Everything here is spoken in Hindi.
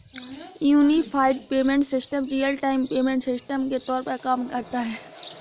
unified payment system real time payment system के तौर पर काम करता है